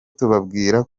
tubabwira